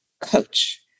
coach